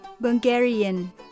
Bulgarian